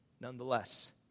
Nonetheless